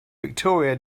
victoria